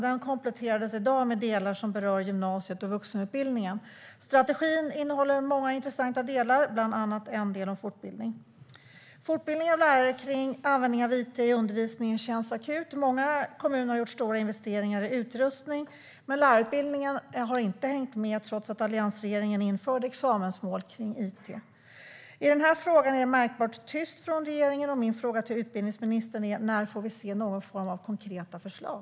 Den kompletterades i dag med delar som berör gymnasiet och vuxenutbildningen. Strategin innehåller många intressanta delar, bland annat en del om fortbildning. Fortbildning av lärare när det gäller användningen av it i undervisningen känns akut. Många kommuner har gjort stora investeringar i utrustning. Men lärarutbildningen har inte hängt med, trots att alliansregeringen införde examensmål för it. Det är märkbart tyst från regeringen i frågan. Min fråga till utbildningsministern är: När får vi se konkreta förslag?